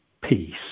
Peace